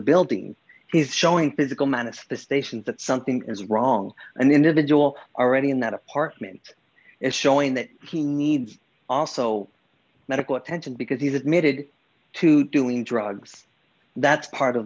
building he's showing physical manifestations that something is wrong and individual already in that apartment is showing that he needs also medical attention because he's admitted to doing drugs that's part of